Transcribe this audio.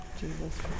Jesus